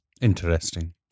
Interesting